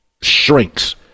shrinks